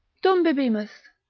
dum bibimus,